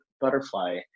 Butterfly